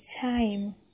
time